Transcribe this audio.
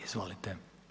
Izvolite.